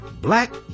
Black